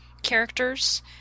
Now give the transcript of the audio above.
Characters